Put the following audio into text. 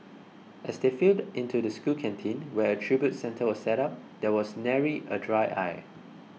as they filed into the school canteen where a tribute centre was set up there was nary a dry eye